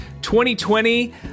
2020